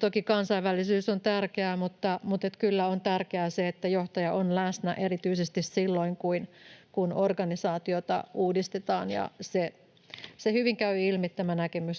Toki kansainvälisyys on tärkeää, mutta kyllä on tärkeää se, että johtaja on läsnä erityisesti silloin, kun organisaatiota uudistetaan. Tämä näkemys käy hyvin ilmi